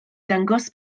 ddangos